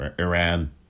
Iran